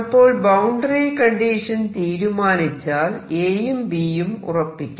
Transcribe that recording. അപ്പോൾ boundary condition തീരുമാനിച്ചാൽ Aയും Bയും ഉറപ്പിക്കാം